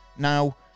now